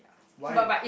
why